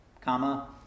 comma